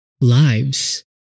lives